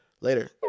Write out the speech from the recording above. Later